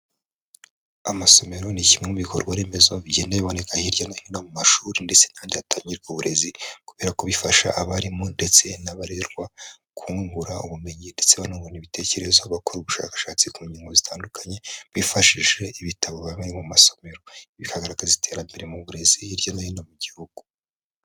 Amasomero ni kimwe mu bikorwa remezo bigenda biboneka hirya no hino mu mashuri ndetse n'ahandi hatangirwa uburezi, kubera ko bifasha abarimu ndetse n'abarerwa kubungura ubumenyi, ndetse banabona ibitekerezo abakora ubushakashatsi ku ngingo zitandukanye bifashishije ibitabo biba biri mu masomero. Ibi bikagaragaza iterambere mu burezi hirya no hino mu gihugu.